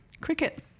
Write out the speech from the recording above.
Cricket